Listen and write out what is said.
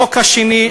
החוק השני,